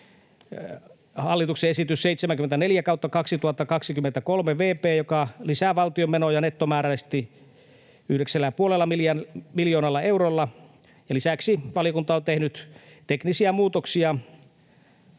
hallituksen esitykseen 74/2023 vp, mikä lisää valtion menoja nettomääräisesti 9,5 miljoonalla eurolla, ja lisäksi valiokunta on tehnyt teknisiä muutoksia